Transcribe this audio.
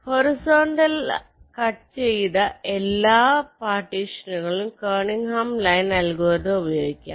horizontal cut ചെയ്ത അത് എല്ലാ പാർട്ടീഷൻ കളിലും കർണി ഹാം ലിൻ അൽഗോരിതം ഉപയോഗിക്കാം